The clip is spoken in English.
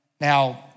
Now